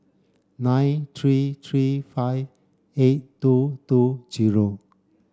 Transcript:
nine three three five eight two two headquarters